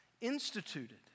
instituted